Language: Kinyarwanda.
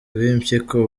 kw’impyiko